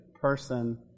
person